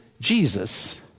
Jesus